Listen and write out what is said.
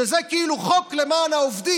שזה כאילו חוק למען העובדים,